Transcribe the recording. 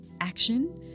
action